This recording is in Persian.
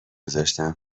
میذاشتم